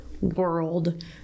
world